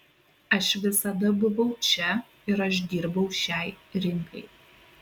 aš visada buvau čia ir aš dirbau šiai rinkai